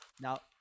now